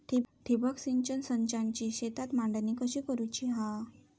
ठिबक सिंचन संचाची शेतात मांडणी कशी करुची हा?